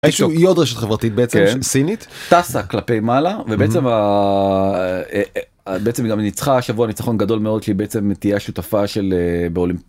עוד רשת חברתית בעצם סינית טסה כלפי מעלה ובעצם גם ניצחה שבוע ניצחון גדול מאוד שבעצם תהיה שותפה של...